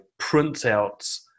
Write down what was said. printouts